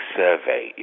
survey